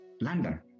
london